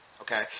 Okay